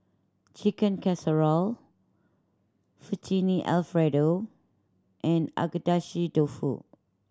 Chicken Casserole Fettuccine Alfredo and Agedashi Dofu